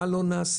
מה לא נעשה,